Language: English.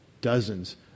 dozens